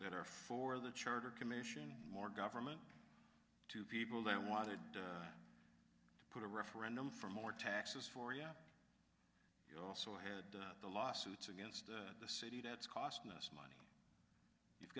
that are for the charter commission and more government to people that want to put a referendum for more taxes for you you also heard the lawsuits against the city that's costing us money you've